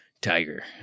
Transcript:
tiger